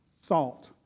salt